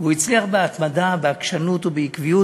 והוא הצליח, בהתמדה, בעקשנות ובעקביות.